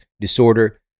disorder